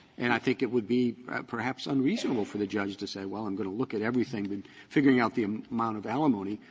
and i think it would be perhaps unreasonable for the judge to say, well, i'm going to look at everything in but figuring out the amount of alimony,